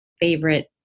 favorite